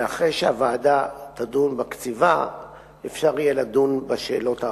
ואחרי שהוועדה תדון בקציבה אפשר יהיה לדון בשאלות האחרות.